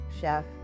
chef